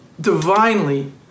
divinely